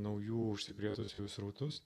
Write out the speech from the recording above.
naujų užsikrėtusiųjų srautus